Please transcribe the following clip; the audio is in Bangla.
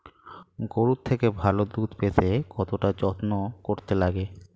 গরুর থেকে ভালো দুধ পেতে কতটা যত্ন করতে লাগে